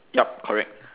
yup correct